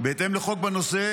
בהתאם לחוק בנושא,